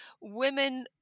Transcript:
women